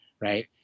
right